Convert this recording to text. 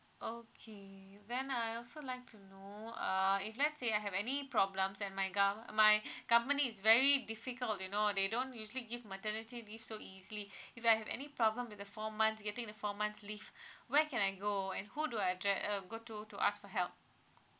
okay then I also like to know uh if let's say I have any problems and my com~ my company is very difficult you know they don't usually give maternity leave so easily if I have any problem with the four months getting the four months leave where can I go and who do I drag uh go to to ask for help